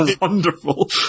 Wonderful